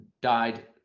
died